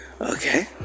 Okay